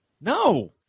No